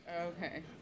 Okay